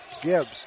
Gibbs